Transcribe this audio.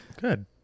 Good